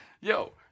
yo